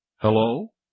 Hello